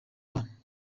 abana